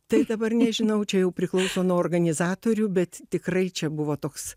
tai dabar nežinau čia jau priklauso nuo organizatorių bet tikrai čia buvo toks